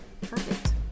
Perfect